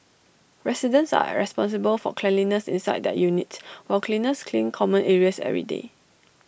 residents are responsible for cleanliness inside their units while cleaners clean common areas every day